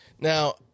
Now